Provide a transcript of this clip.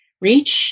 reach